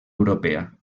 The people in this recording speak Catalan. europea